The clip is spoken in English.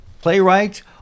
Playwright